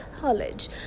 college